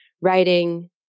writing